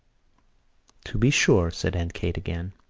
to be sure, said aunt kate again.